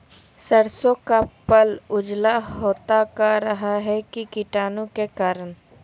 सरसो का पल उजला होता का रहा है की कीटाणु के करण?